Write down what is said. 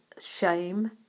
shame